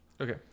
Okay